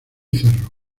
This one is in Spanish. cerro